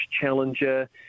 challenger